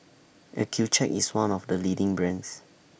Accucheck IS one of The leading brands